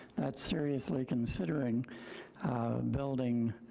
that's seriously considering building